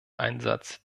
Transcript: einsatz